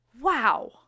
Wow